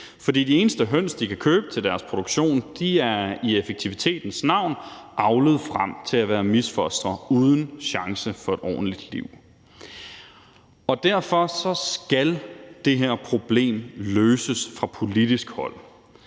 for de eneste høns, de kan købe til deres produktion, er i effektivitetens navn avlet frem til at være misfostre uden chance for et ordentligt liv. Derfor skal det her problem løses fra politisk hold,